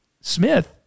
Smith